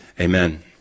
amen